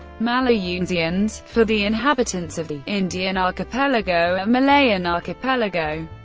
malayunesians for the inhabitants of the indian archipelago or malayan archipelago.